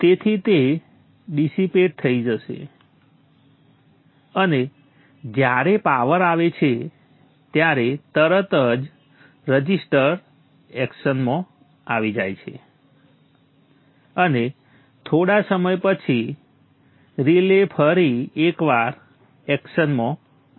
તેથી તે ડિસીપેટ થઈ જશે અને જ્યારે પાવર આવે છે ત્યારે તરત જ રઝિસ્ટર એક્શનમાં આવી જાય છે અને થોડા સમય પછી રિલે ફરી એકવાર એક્શનમાં આવી જશે